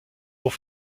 pour